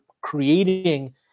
creating